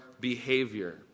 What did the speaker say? behavior